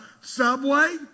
Subway